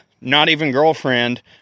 not-even-girlfriend